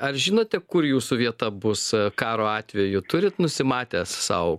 ar žinote kur jūsų vieta bus karo atveju turit nusimatęs sau